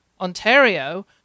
Ontario